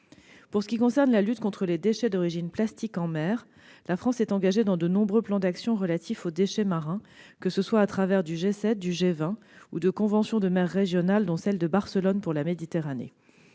Pour ce qui concerne la lutte contre les déchets d'origine plastique en mer, la France est engagée dans de nombreux plans d'action relatifs aux déchets marins, que ce soit au travers du G7, du G20 ou de conventions de mer régionales, par exemple la convention de Barcelone.